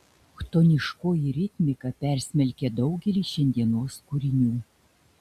chtoniškoji ritmika persmelkia daugelį šiandienos kūrinių